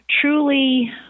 truly